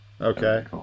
Okay